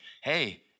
Hey